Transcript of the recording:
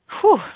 Whew